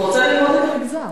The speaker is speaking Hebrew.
הוא רוצה לראות את המגזר.